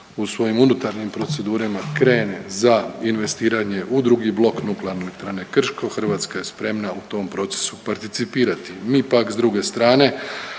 u svojim unutarnjim procedurama krene za investiranje u drugi blok Nuklearne elektrane Krško Hrvatska je spremna u tom procesu participirati. Mi pak s druge strane